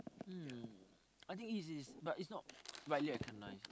um I think it is but is not widely recognised